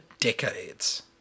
decades